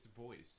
voice